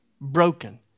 broken